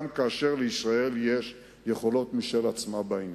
גם כאשר לישראל יש יכולות משל עצמה בעניין.